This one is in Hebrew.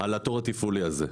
על התור התפעולי הזה.